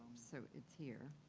so it's here.